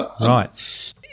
Right